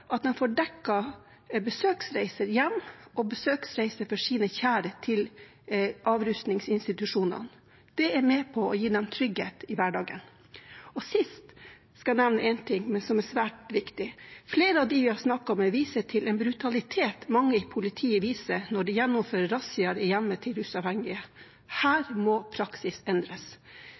at de får dekket besøksreiser hjem og besøksreiser for sine kjære til avrusningsinstitusjonene. Det er med på å gi dem trygghet i hverdagen. Til sist skal jeg nevne en ting som er svært viktig: Flere av dem vi har snakket med, viser til en brutalitet mange i politiet viser når de gjennomfører rassia i hjemmet til rusavhengige. Her må praksis endres.